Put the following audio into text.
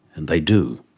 and they do.